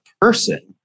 person